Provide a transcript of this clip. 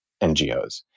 NGOs